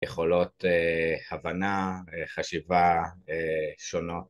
יכולות הבנה, חשיבה, שונות